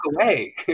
away